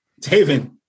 Taven